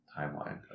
timeline